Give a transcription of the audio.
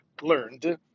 learned